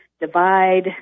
divide